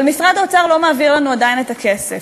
אבל משרד האוצר לא מעביר לנו עדיין את הכסף.